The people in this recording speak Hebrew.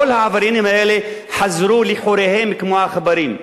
כל העבריינים האלה חזרו לחוריהם כמו עכברים.